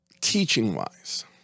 teaching-wise